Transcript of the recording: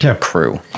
crew